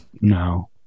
No